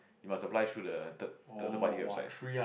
you must apply through the third third party websites